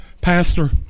Pastor